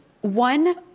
One